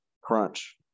crunch